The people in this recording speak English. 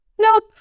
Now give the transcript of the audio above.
Nope